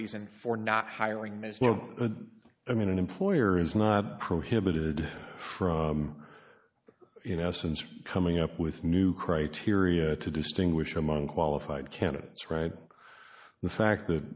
reason for not hiring ms no i mean an employer is not prohibited from you know since coming up with new criteria to distinguish among qualified candidates right the fact that